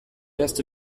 erst